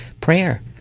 prayer